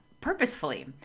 purposefully